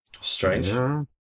strange